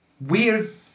weird